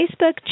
Facebook